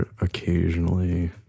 occasionally